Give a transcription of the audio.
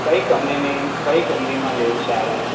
કઈ કંપનીની કઈ કંપનીમાં લેવું સારુ એમ